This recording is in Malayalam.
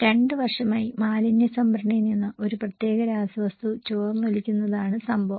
രണ്ട് വർഷമായി മാലിന്യ സംഭരണിയിൽ നിന്ന് ഒരു പ്രത്യേക രാസവസ്തു ചോർന്നൊലിക്കുന്നതാണ് സംഭവം